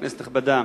כנסת נכבדה,